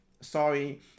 sorry